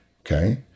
Okay